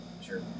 Sure